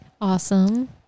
Awesome